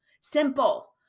simple